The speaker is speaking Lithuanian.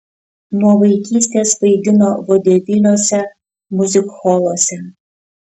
nuo vaikystės vaidino vodeviliuose miuzikholuose